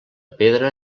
pedra